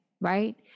right